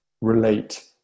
relate